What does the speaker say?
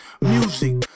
music